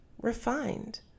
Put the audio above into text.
refined